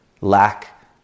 Lack